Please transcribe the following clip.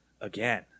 again